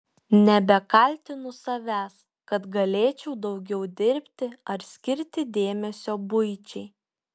nebekaltinu savęs kad galėčiau daugiau dirbti ar skirti dėmesio buičiai